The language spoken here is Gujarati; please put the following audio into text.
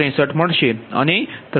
9763 મળશે